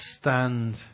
stand